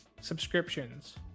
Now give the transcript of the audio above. subscriptions